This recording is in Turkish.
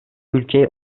ülkeye